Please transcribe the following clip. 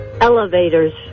Elevators